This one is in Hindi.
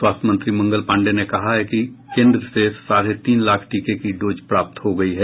स्वास्थ्य मंत्री मंगल पांडेय ने कहा है कि केन्द्र से साढ़े तीन लाख टीके की डोज प्राप्त हो गयी है